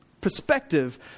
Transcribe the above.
perspective